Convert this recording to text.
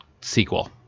sequel